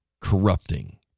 corrupting